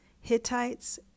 Hittites